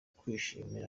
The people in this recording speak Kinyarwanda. kwishimana